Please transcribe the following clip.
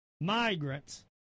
migrants